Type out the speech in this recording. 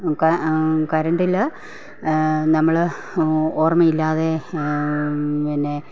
കറണ്ടിൽ നമ്മൾ ഓർമ്മ ഇല്ലാതെ പിന്നെ